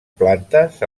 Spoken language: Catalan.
plantes